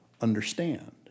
understand